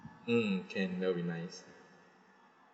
mm that'll be nice